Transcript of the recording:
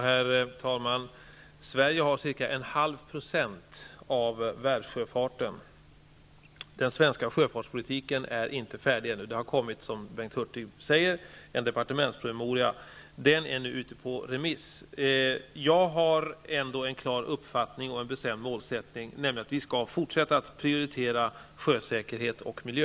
Herr talman! Sverige har ca 0,5 % av världssjöfarten. Den svenska sjöfartspolitiken är ännu inte färdigformulerad. Som Bengt Hurtig säger har det kommit en departementspromemoria. Den är nu ute på remiss. Jag har ändå en klar uppfattning och en bestämd målsättning, nämligen att vi skall fortsätta att prioritera sjösäkerhet och miljö.